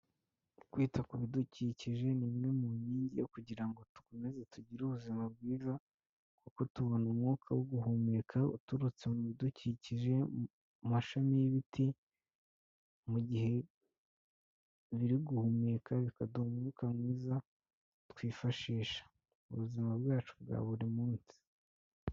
Kwita ku bidukikije ni imwe mu nkingi yo kugira ngo dukomeze tugire ubuzima bwiza, kuko tubona umwuka wo guhumeka uturutse mu bidukikije; mu mashami y'ibiti, mu gihe biri guhumeka bikaduha umwuka mwiza twifashisha mu buzima bwacu bwa buri munsi.